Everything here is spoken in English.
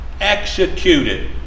Executed